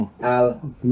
Al